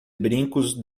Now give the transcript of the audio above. brincos